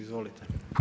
Izvolite.